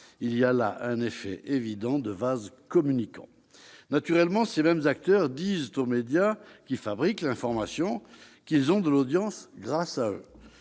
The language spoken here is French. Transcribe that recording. Il y a là un effet évident de vases communicants. Naturellement, ces mêmes acteurs disent aux médias, qui fabriquent l'information, que ces derniers obtiennent de l'audience grâce à eux.